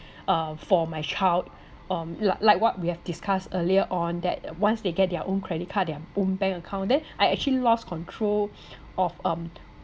uh for my child um like like what we have discussed earlier on that once they get their own credit card their own bank account then I actually lost control of um